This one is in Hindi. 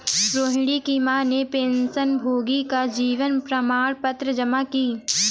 रोहिणी की माँ ने पेंशनभोगी का जीवन प्रमाण पत्र जमा की